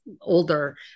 older